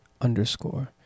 underscore